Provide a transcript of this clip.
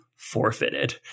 forfeited